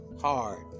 hard